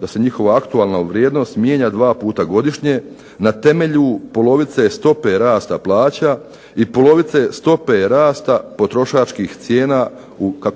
da se njihova aktualna vrijednost mijenja dva puta godišnje na temelju polovice stope rasta plaća i polovice stope rasta potrošačkih cijena